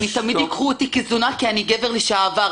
אותי ייקחו תמיד כזונה כי אני גבר לשעבר.